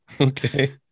Okay